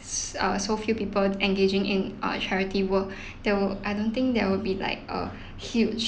s~ uh so few people engaging in err charity work that will I don't think there will be like a huge